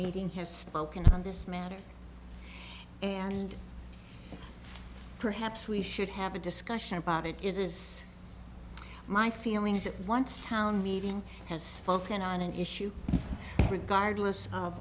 meeting has spoken on this matter and perhaps we should have a discussion about it it is my feeling that once town meeting has spoken on an issue regardless of